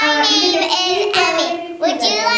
ആ ഇത് Lakshmi travel agencies അല്ലേ